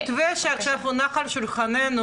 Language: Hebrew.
המתווה שעכשיו הונח על שולחננו,